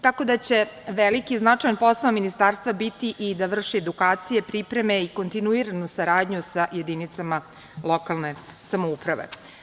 Tako da će veliki i značajan posao Ministarstva biti i da vrši edukacije, pripreme i kontinuiranu saradnju sa jedinicama lokalne samouprave.